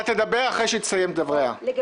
תדבר אחרי שהיא תסיים את דבריה.